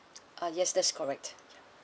uh yes that's correct